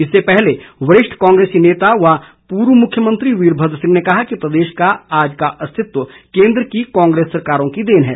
इससे पहले वरिष्ठ कांग्रेस नेता व पूर्व मुख्यमंत्री वीरभद्र सिंह ने कहा कि प्रदेश का आज का अस्तित्व केन्द्र की कांग्रेस सरकारों की देन है